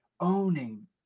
owning